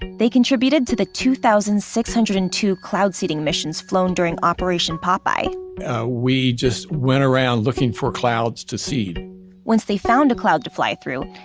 they contributed to the two thousand six hundred and two cloud seeding missions flown during operation popeye we just went around looking for clouds to seed once they found a cloud to fly through,